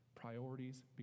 Priorities